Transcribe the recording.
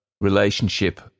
relationship